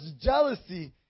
jealousy